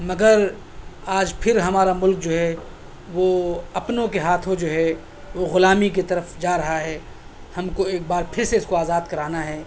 مگر آج پھر ہمارا مُلک جو ہے وہ اپنوں کے ہاتھوں جو ہے وہ غلامی طرف جا رہا ہے ہم کو ایک بار پھر سے اِس کو آزاد کرانا ہے